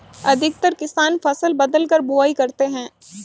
अधिकतर किसान फसल बदलकर बुवाई करते है